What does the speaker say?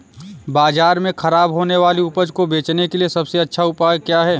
बाजार में खराब होने वाली उपज को बेचने के लिए सबसे अच्छा उपाय क्या है?